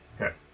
Okay